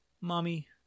Mommy